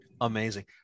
Amazing